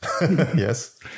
Yes